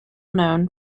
known